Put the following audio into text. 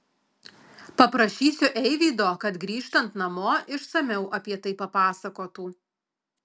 paprašysiu eivydo kad grįžtant namo išsamiau apie tai papasakotų